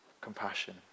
compassion